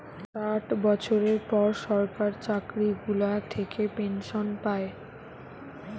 ষাট বছরের পর সরকার চাকরি গুলা থাকে পেনসন পায়